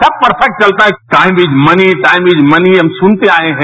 सब परफैक्ट चलता है time is money time is money हम सुनते आए हैं